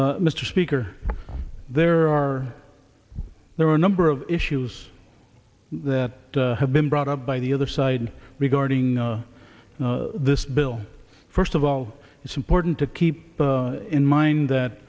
g mr speaker there are there are a number of issues the have been brought up by the other side regarding the this bill first of all it's important to keep in mind that